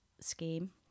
scheme